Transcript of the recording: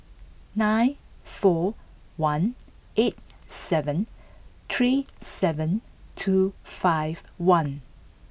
nine four one eight seven three seven two five one